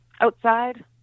outside